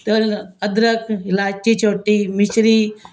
ਅਤੇ ਅਦਰਕ ਇਲਾਇਚੀ ਛੋਟੀ ਮਿਸ਼ਰੀ